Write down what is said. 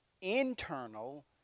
internal